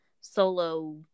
solo